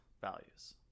values